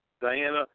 Diana